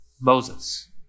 Moses